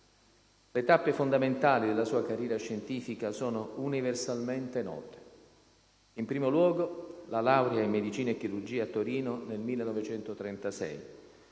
Le tappe fondamentali della sua carriera scientifica sono universalmente note. In primo luogo, la laurea in medicina e chirurgia a Torino, nel 1936,